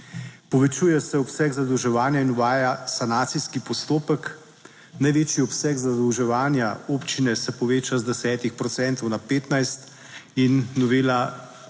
povečuje se obseg zadolževanja in uvaja sanacijski postopek, največji obseg zadolževanja občine se poveča z 10 procentov na 15 in novela zakona